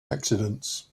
accidents